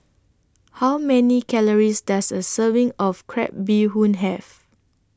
How Many Calories Does A Serving of Crab Bee Hoon Have